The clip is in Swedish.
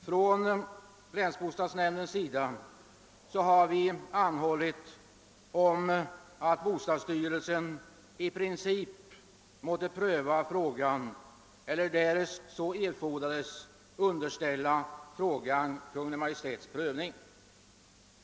Från länsbostadsnämndens sida har vi anhållit om att bostadsstyrelsen måtte pröva frågan eller därest så erfordras underställa den Kungl. Maj:ts prövning.